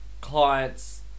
clients